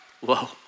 whoa